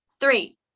three